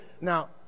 now